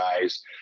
guys